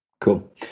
Cool